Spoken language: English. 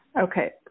Okay